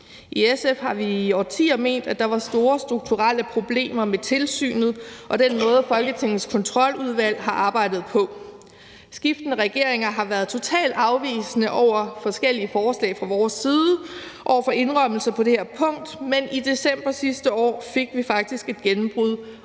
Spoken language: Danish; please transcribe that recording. I SF har vi i årtier ment, at der var store strukturelle problemer med tilsynet og den måde, Folketingets kontroludvalg har arbejdet på. Skiftende regeringer har været totalt afvisende over for forskellige forslag fra vores side, over for indrømmelser på det her punkt, men i december sidste år fik vi faktisk et gennembrud